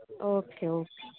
okay okay